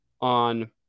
on